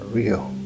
real